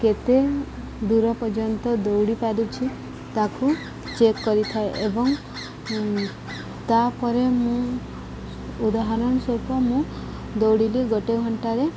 କେତେ ଦୂର ପର୍ଯ୍ୟନ୍ତ ଦୌଡ଼ି ପାରୁଛି ତାକୁ ଚେକ୍ କରିଥାଏ ଏବଂ ତାପରେ ମୁଁ ଉଦାହରଣ ସ୍ୱରୂପ ମୁଁ ଦୌଡ଼ିଲି ଗୋଟେ ଘଣ୍ଟାରେ